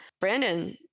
Brandon